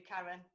Karen